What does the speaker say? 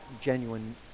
genuine